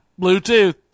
Bluetooth